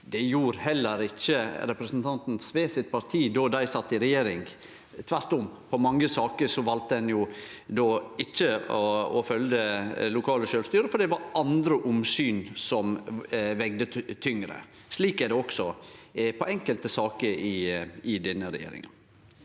Det gjorde heller ikkje representanten Sves parti då dei sat i regjering. Tvert om valde ein i mange saker ikkje å følgje det lokale sjølvstyret, for det var andre omsyn som vog tyngre. Slik er det også i enkelte saker i denne regjeringa.